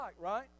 right